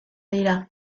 dira